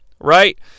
right